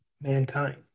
mankind